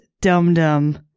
dum-dum